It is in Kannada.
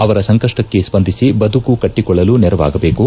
ಅವರ ಸಂಕಪ್ಪಕ್ಷೆ ಸ್ವಂದಿಸಿ ಬದುಕು ಕಟ್ಟಿಕೊಳ್ಳಲು ನೆರವಾಗಬೇಕು